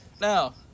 Now